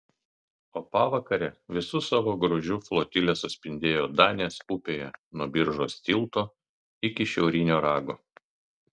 o pavakare visu savo grožiu flotilė suspindėjo danės upėje nuo biržos tilto iki šiaurinio rago